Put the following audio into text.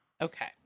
okay